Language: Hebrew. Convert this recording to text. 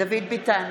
דוד ביטן,